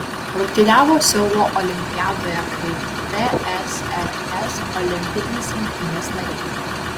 rungtyniavo seulo olimpiadoje kaip tsrs olimpinės rinktinės nariai